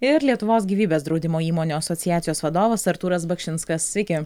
ir lietuvos gyvybės draudimo įmonių asociacijos vadovas artūras bakšinskas sveiki